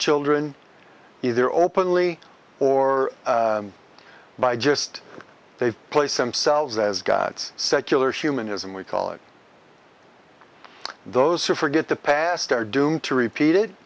children either openly or by just they've placed themselves as god's secular humanism we call it those who forget the past are doomed to repeat it